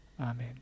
Amen